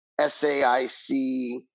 SAIC